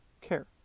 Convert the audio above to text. care